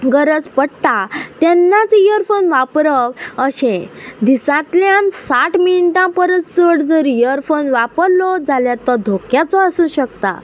गरज पडटा तेन्नाच इयरफोन वापरप अशें दिसांतल्यान साठ मिनटां परत चड जर इयरफोन वापरलो जाल्यार तो धोक्याचो आसूं शकता